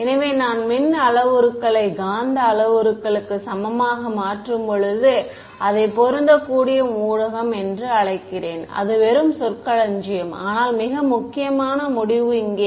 எனவே நான் மின் அளவுருக்களை காந்த அளவுருக்களுக்கு சமமாக மாற்றும்போது அதை பொருந்தக்கூடிய ஊடகம் என்று அழைக்கிறேன் அது வெறும் சொற்களஞ்சியம் ஆனால் மிக முக்கியமான முடிவு இங்கே